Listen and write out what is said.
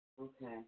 Okay